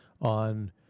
on